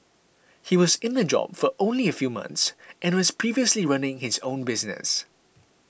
he was in the job for only a few months and was previously running his own business